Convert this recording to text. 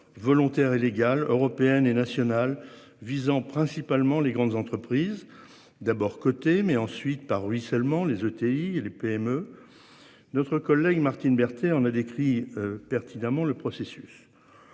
volontaires et légale européennes et nationales visant principalement les grandes entreprises d'abord côté mais ensuite par lui seulement les ETI et les PME. Notre collègue Martine Berthet. On a décrit pertinemment le processus.